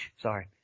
sorry